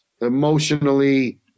emotionally